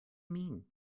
mean